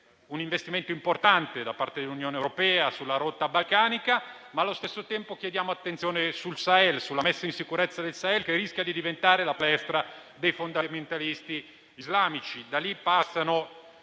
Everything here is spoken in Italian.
un investimento importante da parte dell'Unione europea sulla rotta balcanica, con la richiesta di attenzione sulla messa in sicurezza del Sahel, che rischia di diventare la palestra dei fondamentalisti islamici.